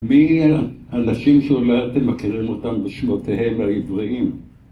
מי הם האנשים שאולי אתם מכירים אותם בשמותיהם העבריים?